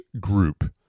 group